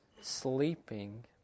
sleeping